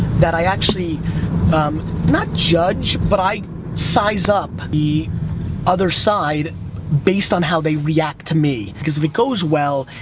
that i actually um not judge, but i size up the other side based on how they react to me. because if it goes well,